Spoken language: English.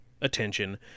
attention